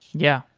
yeah.